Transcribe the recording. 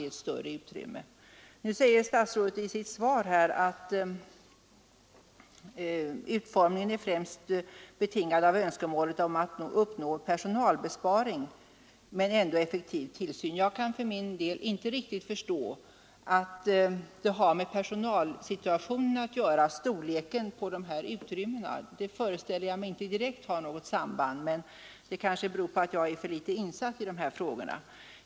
Statsrådet säger i sitt svar att utformningen främst är betingad av önskemålet att uppnå en personalbesparande men ändå effektiv tillsyn. Jag kan inte riktigt förstå att storleken på dessa utrymmen har med personalsituationen att göra. Jag föreställer mig att den inte har något direkt samband med promenadutrymmenas storlek, men det kanske beror på att jag är för litet insatt i dessa frågor.